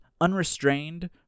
unrestrained